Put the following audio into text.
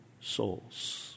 souls